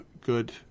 Good